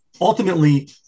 ultimately